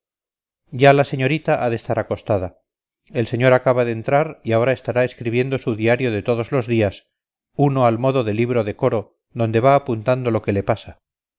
ya la señorita ha de estar acostada el señor acaba de entrar y ahora estará escribiendo su diario de todos los días uno al modo de libro de coro donde va apuntando lo que le pasa